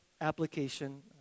application